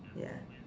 ya